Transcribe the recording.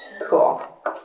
Cool